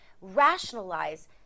rationalize